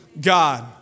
God